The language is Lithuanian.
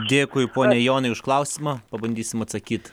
dėkui pone jonai už klausimą pabandysim atsakyt